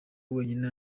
wenyine